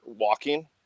walking